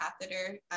catheter